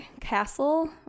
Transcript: Castle